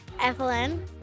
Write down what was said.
Evelyn